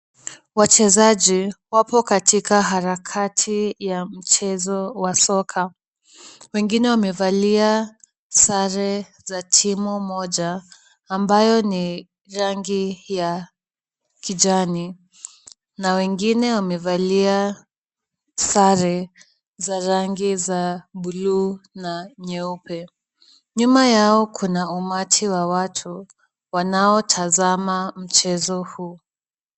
Wachezaji wako katika harakati ya mchezo wa soka. Wengine wamevalia sare za timu moja ambayo ni rangi ya kijani na wengine wamevalia sare za rangi ya buluu na nyeupe. Nyuma yao kuna umati wa watu wanaotazama mchezo huu.